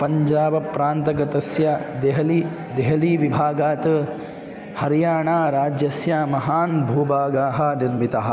पञ्जाबप्रान्तगतस्य देहली देहलीविभागात् हरियाणाराज्यस्य महान् भूभागः निर्मितः